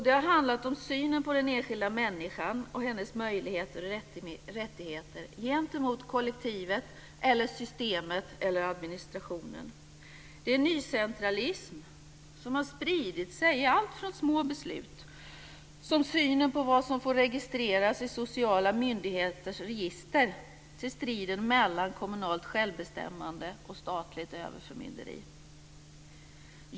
Det har handlat om synen på den enskilda människan och hennes möjligheter och rättigheter gentemot kollektivet, systemet eller administrationen. Det är en nycentralism som har spridit sig i allt från små beslut som synen på vad som får registreras i sociala myndigheters register till striden mellan kommunalt självbestämmande och statligt överförmynderi.